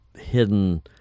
hidden